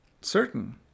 certain